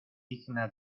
digna